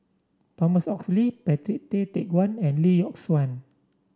Thomas Oxley Patrick Tay Teck Guan and Lee Yock Suan